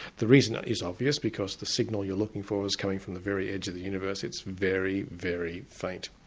the reason is obvious because the signal you're looking for is coming from the very edge of the universe, it's very, very faint.